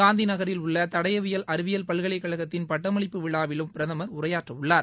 காந்திநகரில் உள்ள தடயவில் அறிவியல் பல்கலைக்கழகத்தின் பட்டமளிப்பு விழாவிலும் பிரதமா் உரையாற்றவுள்ளார்